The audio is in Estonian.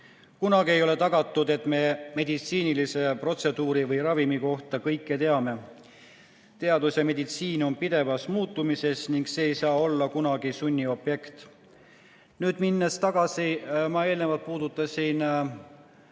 Kunagi ei ole tagatud, et me meditsiinilise protseduuri või ravimi kohta kõike teame. Teadus ja meditsiin on pidevas muutumises ning see ei saa olla kunagi sunniobjekt. Minnes tagasi, ma eelnevalt puudutasin